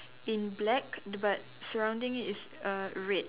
in black the but surrounding it's err red